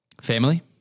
Family